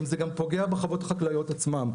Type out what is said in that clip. זה גם פוגע בחוות החקלאיות עצמן.